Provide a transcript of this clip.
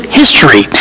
history